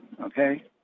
okay